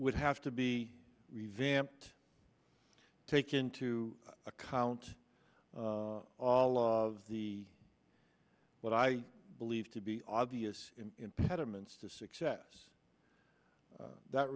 would have to be revamped take into account all of the what i believe to be obvious impediments to success that